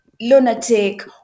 lunatic